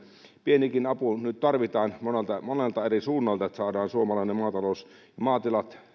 pienikin apu nyt tarvitaan monelta eri suunnalta että saadaan suomalainen maatalous ja maatilat